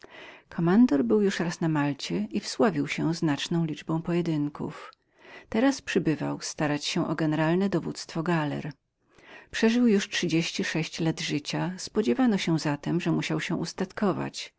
kommandor był już raz na malcie i wsławił się znaczną liczbą pojedynków teraz przybywał starać się o generalne dowództwo galer przeżył już był trzydzieści sześć lat życia spodziewano się zatem że musiał się ustatkować